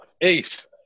Ace